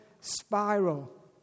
spiral